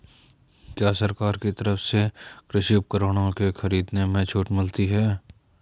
क्या सरकार की तरफ से कृषि उपकरणों के खरीदने में छूट मिलती है?